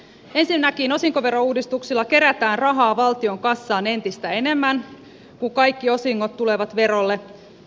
ensinnäkin osinkoverouudistuksella kerätään rahaa valtion kassaan entistä enemmän kun kaikki osingot tulevat verolle